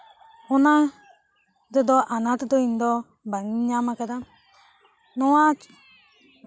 ᱚᱱᱟ ᱡᱚᱛᱚ ᱟᱱᱟᱴ ᱫᱚ ᱤᱧ ᱫᱚ ᱵᱟᱝ ᱤᱧ ᱧᱟᱢ ᱠᱟᱫᱟ ᱱᱚᱣᱟ